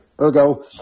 Ergo